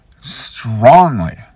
strongly